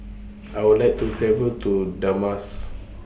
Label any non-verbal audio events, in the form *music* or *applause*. I Would like to travel to *unintelligible*